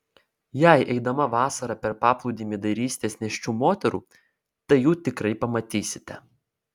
jei eidama vasarą per paplūdimį dairysitės nėščių moterų tai jų tikrai pamatysite